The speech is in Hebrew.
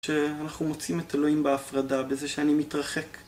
שאנחנו מוצאים את אלוהים בהפרדה, בזה שאני מתרחק.